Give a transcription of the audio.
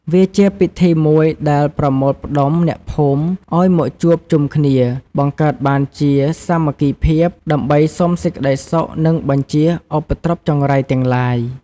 វាជាពិធីមួយដែលប្រមូលផ្ដុំអ្នកភូមិ ឲ្យមកជួបជុំគ្នា បង្កើតបានជាសាមគ្គីភាព ដើម្បីសុំសេចក្តីសុខនិងបញ្ជៀសឧបទ្រពចង្រៃទាំងឡាយ។